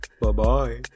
Bye-bye